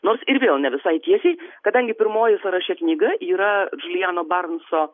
nors ir vėl ne visai tiesiai kadangi pirmoji sąraše knyga yra džulijano baronso